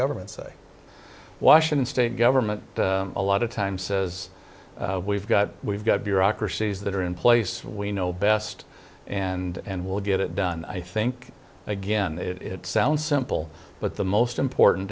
government say washington state government a lot of times says we've got we've got bureaucracies that are in place we know best and we'll get it done i think again it sounds simple but the most important